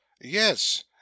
yes